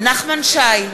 נחמן שי,